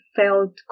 felt